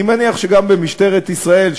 אני מניח שגם במשטרת ישראל,